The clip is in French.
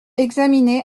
examiner